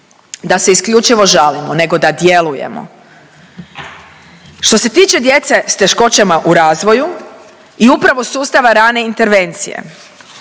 da se isključivo žalimo nego da djelujemo. Što se tiče djece s teškoćama u razvoju i upravo sustava rane intervencije,